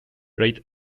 rate